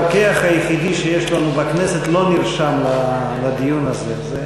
הרוקח היחידי שיש לנו בכנסת לא נרשם לדיון הזה.